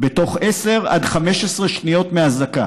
בתוך 10 עד 15 שניות מאזעקה,